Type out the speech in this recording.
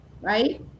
right